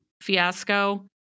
fiasco